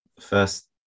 first